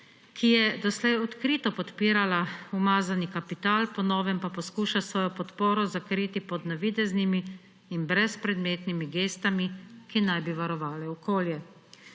ki je doslej odkrito podpirala umazani kapital, po novem pa poskuša svojo podporo zakriti pod navideznimi in brezpredmetnimi gestami, ki naj bi varovale okolje.